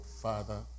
father